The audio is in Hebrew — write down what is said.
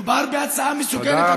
מדובר בהצעה מסוכנת,